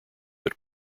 but